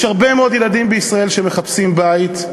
יש הרבה מאוד ילדים בישראל שמחפשים בית,